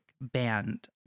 Band